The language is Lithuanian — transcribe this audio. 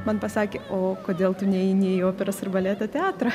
man pasakė o kodėl tu neini į operos ir baleto teatrą